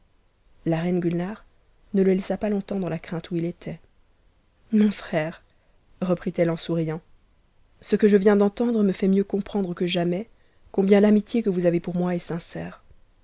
la reine cutnare ne le laissa pas longtemps dans la crainte où il était mon frère reprit ette en souriant ce que je viens d'entendre me fait mieux comprendre que jamais combien t'amiiié que vous avez pour moi est sincère